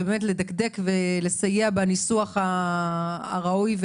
לדקדק ולסייע בניסוח הראוי,